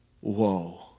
Whoa